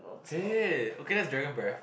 is it okay that's dragon breath